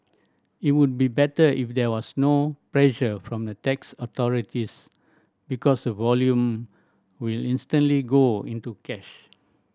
it would be better if there was no pressure from tax authorities because the volumes will instantly go into cash